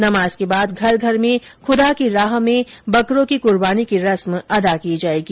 नमाज के बाद घर घर में खुदा की राह में बकरों की कुर्बानी की रस्म अदा की जायेगी